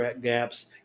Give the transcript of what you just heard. gaps